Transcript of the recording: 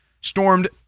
stormed